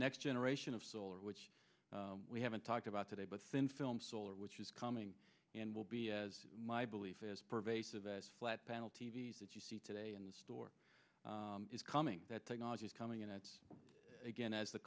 next generation of solar which we haven't talked about today but thin film solar which is coming in will be as my belief is pervasive as flat panel t v s that you see today in the store is coming that technology is coming and that's again as the